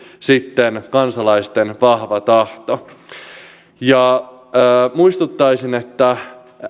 sitten kansalaisten vahva tahto muistuttaisin että